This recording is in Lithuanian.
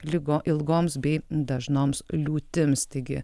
ligo ilgoms bei dažnoms liūtims taigi